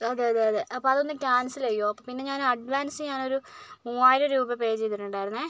അതെ അതെ അതെ അപ്പോൾ അതൊന്ന് ക്യാൻസൽ ചെയ്യുമോ അപ്പോൾ പിന്നെ ഞാൻ അഡ്വാൻസ് ഞാൻ ഒരു മുവായിരം രൂപ പേ ചെയ്തിട്ടുണ്ടായിരുന്നേ